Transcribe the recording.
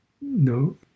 no